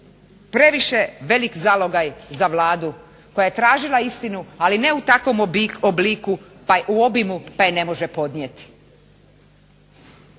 previše velik zalogaj za Vladu koja je tražila istinu ali ne u takvom obliku i obimu pa je ne može podnijeti.